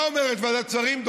מה אומרת ועדת שרים?